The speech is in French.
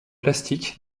plastique